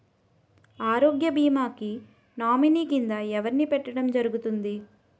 ఆరోగ్య భీమా కి నామినీ కిందా ఎవరిని పెట్టడం జరుగతుంది?